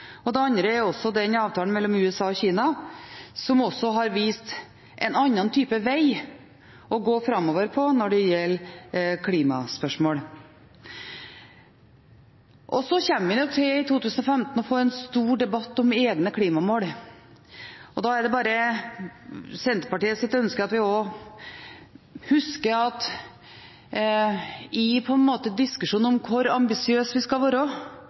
Det andre er avtalen mellom USA og Kina, som også har vist en annen type veg å gå framover når det gjelder klimaspørsmål. Så kommer vi nok i 2015 til å få en stor debatt om egne klimamål. Da er det Senterpartiets ønske at vi også husker i diskusjonen om hvor ambisiøse vi skal være, og hvor store mål vi skal